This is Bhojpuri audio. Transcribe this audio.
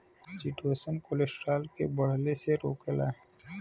चिटोसन कोलेस्ट्राल के बढ़ले से रोकेला